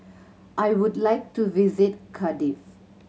I would like to visit Cardiff